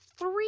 Three